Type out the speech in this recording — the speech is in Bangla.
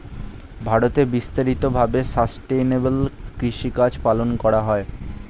ভারতে বিস্তারিত ভাবে সাসটেইনেবল কৃষিকাজ পালন করা হয়